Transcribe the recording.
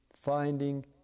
finding